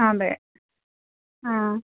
അതെ ആ